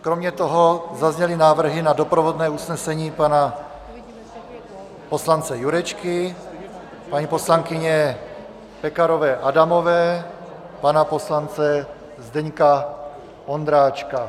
Kromě toho zazněly návrhy na doprovodné usnesení poslance Jurečky, poslankyně Pekarové Adamové, poslance Zdeňka Ondráčka.